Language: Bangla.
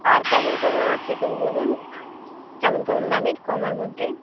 আর কেমন কেমন আছে একটু বলুন কেমন কেমন দামের কমের মধ্যে